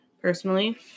personally